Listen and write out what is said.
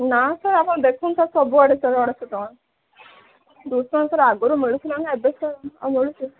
ନାଁ ସାର୍ ଆପଣ ଦେଖନ୍ତୁ ସାର୍ ସବୁଆଡ଼େ ସେହି ଅଢ଼େଇ ଶହ ଟଙ୍କା ଦେଖନ୍ତୁ ସାର୍ ଆଗରୁ ମିଳୁଥିଲା ନା ଏବେ ସାର୍ ଆଉ ମିଳୁଛି